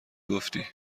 گفتی